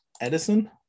Edison